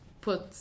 put